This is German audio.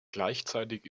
gleichzeitig